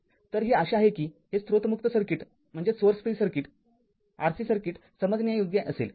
तर ही आशा आहे की हे स्त्रोत मुक्त RC सर्किट समजण्यायोग्य असेल